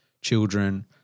children